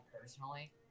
personally